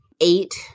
eight